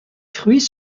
fruits